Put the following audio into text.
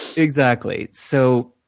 exactly. so,